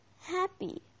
happy